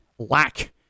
lack